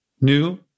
new